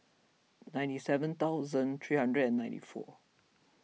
ninety seven thousand three hundred and ninety four